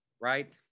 right